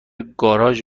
گاراژ